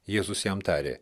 jėzus jam tarė